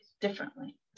differently